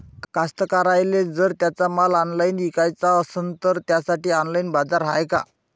कास्तकाराइले जर त्यांचा माल ऑनलाइन इकाचा असन तर त्यासाठी ऑनलाइन बाजार हाय का?